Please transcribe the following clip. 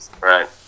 Right